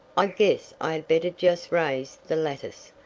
i guess i had better jest raise the lattice,